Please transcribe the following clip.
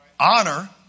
Honor